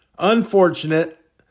Unfortunate